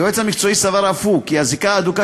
היועץ המקצועי סבר אף הוא כי הזיקה ההדוקה